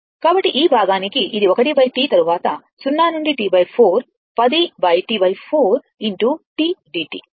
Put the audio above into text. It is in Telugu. కాబట్టి ఈ భాగానికి ఇది 1T తరువాత 0 నుండి T 4 10 T4 tdt